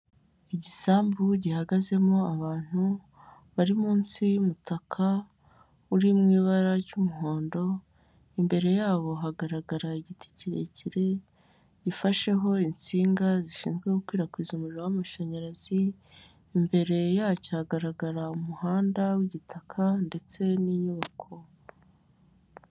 Igisambu gihagazemo abantu bari munsi y'umutaka uri mu ibara ry'umuhondo, imbere yabo hagaragara igiti kirekire gifasheho insinga zishinzwe gukwirakwiza umuriro w'amashanyarazi, imbere yacyo hagaragara umuhanda w'igitaka ndetse n'inyubako.